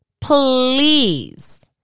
Please